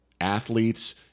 athletes